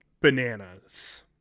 bananas